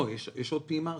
לא, יש עוד פעימה עכשיו,